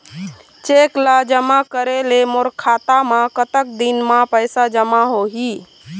Cheque ला जमा करे ले मोर खाता मा कतक दिन मा पैसा जमा होही?